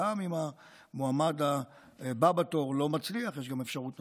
וגם אם המועמד הבא בתור לא מצליח יש גם אפשרות נוספת.